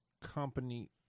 company